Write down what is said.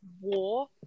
war